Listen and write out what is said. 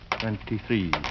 Twenty-three